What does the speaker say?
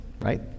right